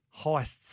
heists